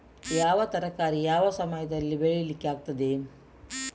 ಯಾವ ತರಕಾರಿ ಯಾವ ಸಮಯದಲ್ಲಿ ಬೆಳಿಲಿಕ್ಕೆ ಆಗ್ತದೆ?